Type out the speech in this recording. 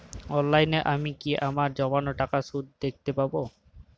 অনলাইনে আমি কি আমার জমানো টাকার সুদ দেখতে পবো?